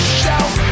shelf